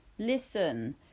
Listen